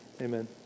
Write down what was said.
amen